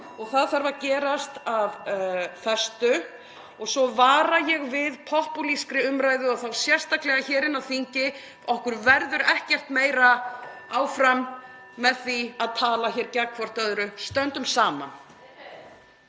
og það þarf að gerast af festu. Svo vara ég við popúlískri umræðu og þá sérstaklega hér á þingi. (Forseti hringir.) Okkur verður ekkert meira ágengt með því að tala hér gegn hvert öðru. Stöndum saman.